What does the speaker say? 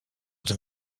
tym